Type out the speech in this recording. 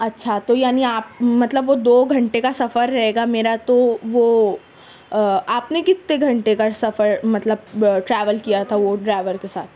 اچھا تو یعنی آپ مطلب وہ دو گھنٹے کا سفر رہے گا میرا تو وہ آپ نے کتنے گھنٹے کا سفر مطلب ٹریول کیا تھا وہ ڈرائیور کے ساتھ